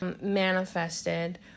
manifested